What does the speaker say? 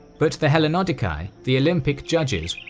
but the hellenodikai, the olympic judges,